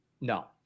No